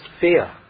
fear